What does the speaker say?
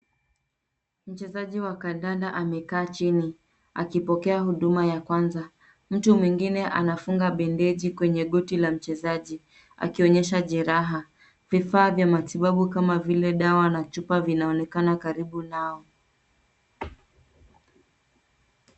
Mchezaji wa kandanda amekaa chini akipokea huduma ya kwanza. Mtu mwengine anafunga bendeji kwenye goti la mchezaji akionyesha jeraha. Vifaa vya matibabu kama vile dawa na chupa vinaonekana karibu nao.